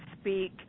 speak